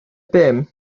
bûm